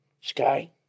Sky